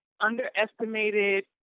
underestimated